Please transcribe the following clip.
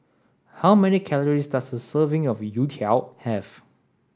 how many calories does a serving of Youtiao have